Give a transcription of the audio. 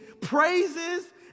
praises